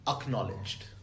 acknowledged